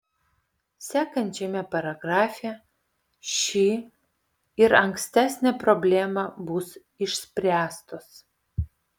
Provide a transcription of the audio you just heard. sekančiame paragrafe ši ir ankstesnė problema bus išspręstos